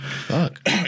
Fuck